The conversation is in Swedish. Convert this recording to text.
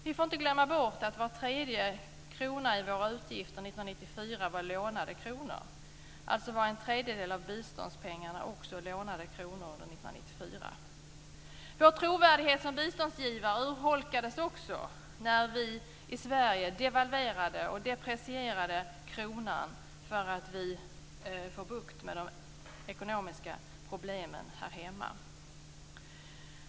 Vi får inte glömma bort att var tredje krona i våra utgifter 1994 var lånad. Det betyder att en tredjedel av biståndspengarna också var lånade kronor 1994. Vår trovärdighet som biståndsgivare urholkades också när vi i Sverige devalverade och deprecierade kronan för att få bukt med de ekonomiska problemen här hemma.